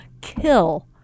kill